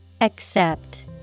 Accept